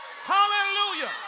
Hallelujah